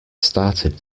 started